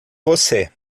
você